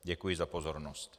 Děkuji za pozornost.